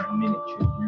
miniature